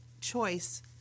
choice